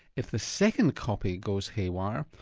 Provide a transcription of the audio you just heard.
if the second copy goes haywire,